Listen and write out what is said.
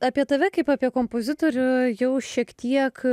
apie tave kaip apie kompozitorių jau šiek tiek